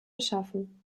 schaffen